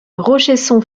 rochesson